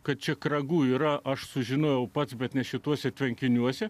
kad čia kragų yra aš sužinojau pats bet ne šituose tvenkiniuose